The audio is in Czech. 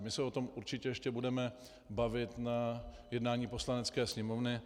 My se o tom určitě ještě budeme bavit na jednání Poslanecké sněmovny.